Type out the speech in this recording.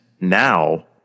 now